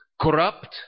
corrupt